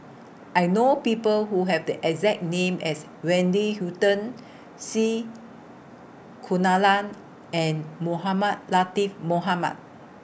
I know People Who Have The exact name as Wendy Hutton C Kunalan and Mohamed Latiff Mohamed